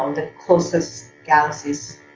um the closest galaxies